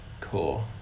cool